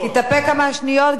תתאפק כמה שניות,